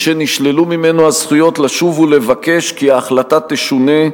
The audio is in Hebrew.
שנשללו ממנו הזכויות לשוב ולבקש כי ההחלטה תשונה,